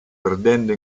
perdendo